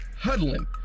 huddling